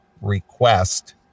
request